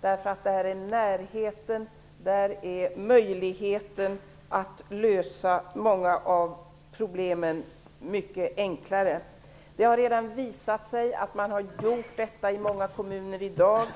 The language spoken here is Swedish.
Där finns närheten, där är möjligheten att lösa många av problemen mycket enklare. Det har redan visat sig att man har gjort detta i många kommuner i dag,